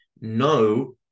no